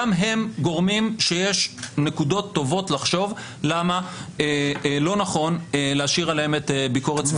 גם הם גורמים שיש נקודות טובות לחשוב למה לא נכון להשאיר עליהם ביקורת.